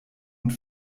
und